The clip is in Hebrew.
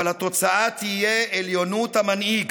אבל התוצאה תהיה עליונות המנהיג.